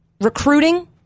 Recruiting